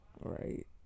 right